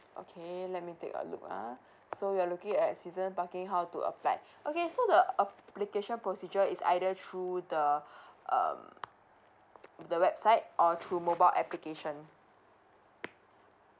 okay let me take a look ah so you are looking at season parking how to apply okay so the application procedure is either through the um the website or through mobile application